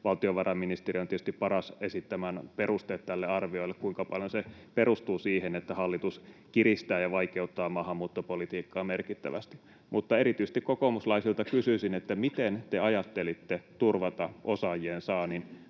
Valtiovarainministeri on tietysti paras esittämään perusteet tälle arviolle siitä, kuinka paljon se perustuu siihen, että hallitus kiristää ja vaikeuttaa maahanmuuttopolitiikkaa merkittävästi, mutta erityisesti kokoomuslaisilta kysyisin: miten te ajattelitte turvata osaajien saannin